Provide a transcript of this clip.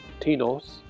Tinos